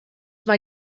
mae